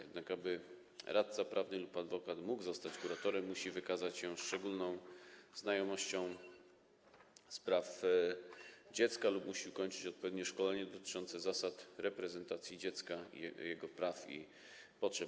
Jednak aby radca prawny lub adwokat mógł zostać kuratorem, musi wykazać się szczególną znajomością spraw dziecka lub musi ukończyć odpowiednie szkolenie dotyczące zasad reprezentacji dziecka, jego praw i potrzeb.